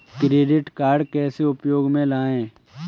Credit card कैसे उपयोग में लाएँ?